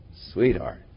sweetheart